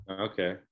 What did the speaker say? okay